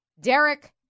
Derek